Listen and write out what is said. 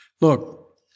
Look